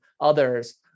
others